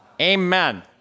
Amen